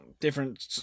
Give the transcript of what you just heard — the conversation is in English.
different